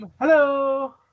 Hello